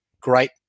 great